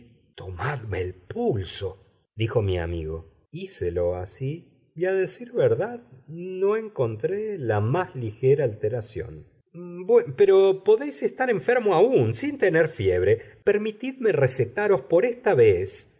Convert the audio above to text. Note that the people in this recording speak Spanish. tomadme el pulso dijo mi amigo hícelo así y a decir verdad no encontré la más ligera alteración pero podéis estar enfermo aun sin tener fiebre permitidme recetaros por esta vez